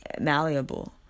malleable